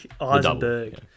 Eisenberg